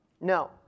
No